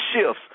shifts